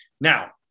Now